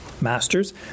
Masters